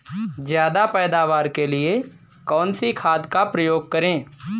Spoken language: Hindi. ज्यादा पैदावार के लिए कौन सी खाद का प्रयोग करें?